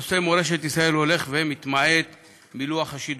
נושא מורשת ישראל הולך ומתמעט בלוח השידורים.